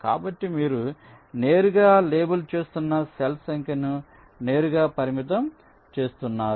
కాబట్టి మీరు నేరుగా లేబుల్ చేస్తున్న సెల్ఫ్ సంఖ్యను నేరుగా పరిమితం చేస్తున్నారు